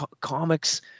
comics